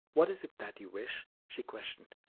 what is it that you wish? she questioned.